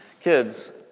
Kids